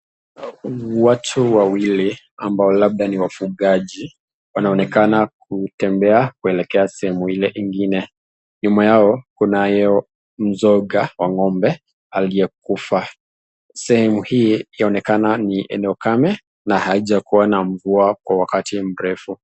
Ni watu wawili, ambao labda ni wafugaji, wanaonekana kutembea kuelekea sehemu ile ingine. Nyuma yao, kunayo mzoga wa ngombe aliyekufa. Sehemu hii yaonekana ni eneo kame na haijakua na mvua wakati mrefu.